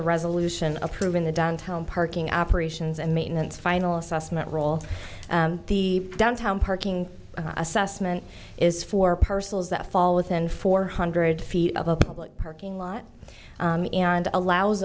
a resolution approved in the downtown parking operations and maintenance final assessment role the downtown parking assessment is for parcels that fall within four hundred feet of a public parking lot and allows